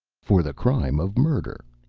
for the crime of murder.